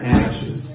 ashes